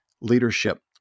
leadership